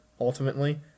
ultimately